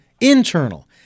internal